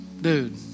dude